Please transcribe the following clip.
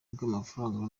bw’amafaranga